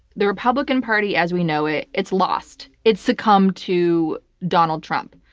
the republican party as we know it, it's lost. it's succumbed to donald trump.